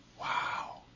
Wow